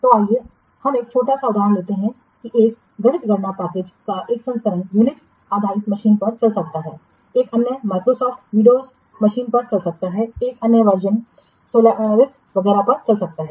तो आइए हम एक छोटा उदाहरण लेते हैं कि एक गणित गणना पैकेज का एक संस्करण यूनिक्स आधारित मशीनों पर चल सकता है एक अन्य Microsoft विंडोज़ मशीनों पर चल सकता है एक अन्य वर्जनसोलारिस वगैरह पर चल सकता है